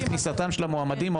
את כניסתם של המועמדים,